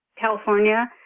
California